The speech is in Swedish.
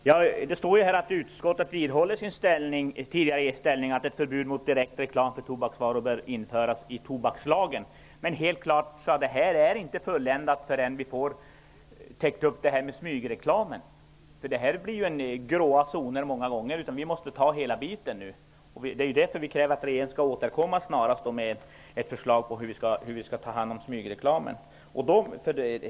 Herr talman! Det står i betänkandet att utskottet vidhåller sin tidigare inställning att ett förbud mot direkt reklam för tobaksvaror bör införas i tobakslagen. Men detta är inte fulländat förrän vi har täckt upp detta med smygreklamen. Här kommer det många gånger att uppstå gråa zoner. Vi måste ta upp hela problemet. Det är därför vi kräver att regeringen snarast skall återkomma med ett förslag till hur vi skall ta hand om smygreklamen.